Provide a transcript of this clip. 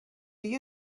you